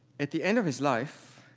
at the end of his life,